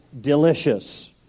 delicious